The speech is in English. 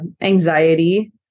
anxiety